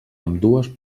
ambdues